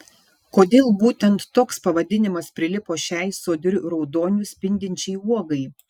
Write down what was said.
kodėl būtent toks pavadinimas prilipo šiai sodriu raudoniu spindinčiai uogai